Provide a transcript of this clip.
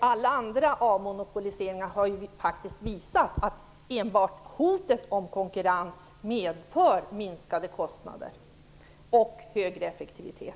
Alla andra avmonopoliseringar har faktiskt visat att enbart hotet om konkurrens medför minskade kostnader och högre effektivitet.